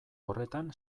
horretan